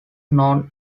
known